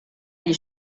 agli